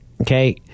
okay